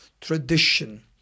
tradition